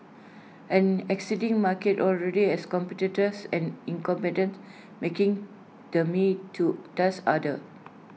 an existing market already has competitors and making the me too task harder